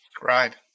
Right